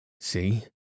See